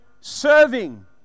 serving